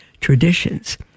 traditions